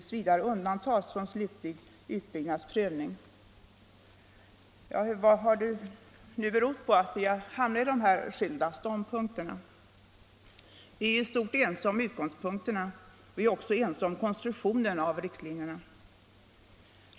Såvitt jag förstår har reservanten här förbisett att insatser av ren forskningskaraktär skall betalas av forskningsmedel — detta också om däri ingår prototyper.